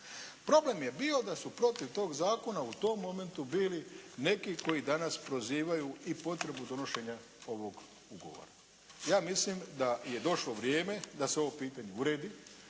Problem je bio da su protiv tog zakona u tom momentu bili neki koji danas prozivaju i potrebu donošenja ovog ugovora. Ja mislim da je došlo vrijeme da se ovo pitanje uredi,